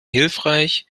hilfreich